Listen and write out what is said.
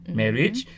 marriage